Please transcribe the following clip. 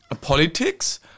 politics